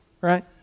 right